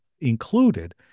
included